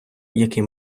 який